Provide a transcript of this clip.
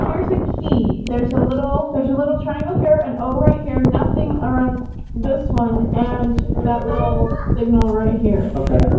um there's a key there's a little there's a little triangle here, and oh right here nothing around this one and that little ah signal right here okay,